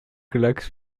klacks